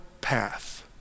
path